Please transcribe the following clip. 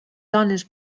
dones